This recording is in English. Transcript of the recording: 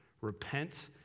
Repent